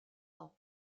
ans